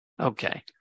Okay